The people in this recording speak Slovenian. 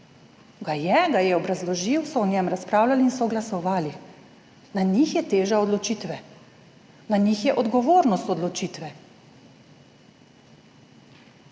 ga je, ga je obrazložil, so o njem razpravljali in so glasovali. Na njih je teža odločitve. Na njih je odgovornost odločitve.